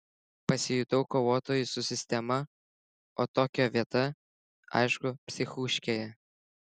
pasijutau kovotoju su sistema o tokio vieta aišku psichuškėje